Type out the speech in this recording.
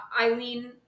Eileen